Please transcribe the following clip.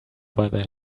over